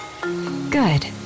Good